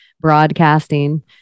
broadcasting